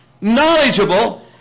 knowledgeable